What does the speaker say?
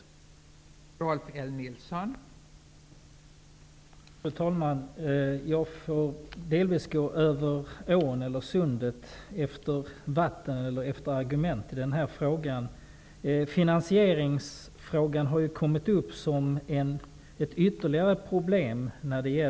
Nilson i stället fick deltaga i överläggningen.